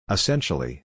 Essentially